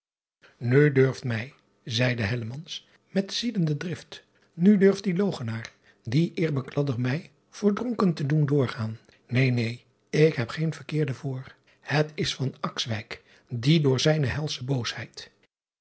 u durft mij zeide met ziedende drift nu durft die logenaar die eerbekladder mij voor dronken te doen doorgaan neen neen ik heb geen verkeerden voor et driaan oosjes zn et leven van illegonda uisman is die door zijne helsche boosheid